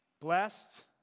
blessed